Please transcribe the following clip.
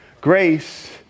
Grace